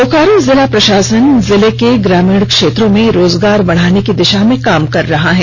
बेकारो जिला प्रषासन जिले के ग्रामीण क्षेत्रों में रोजगार बढ़ाने की दिषा में काम कर रहा है